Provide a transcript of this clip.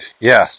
yes